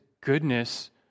goodness